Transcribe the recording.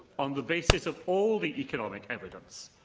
on the basis of all the economic evidence,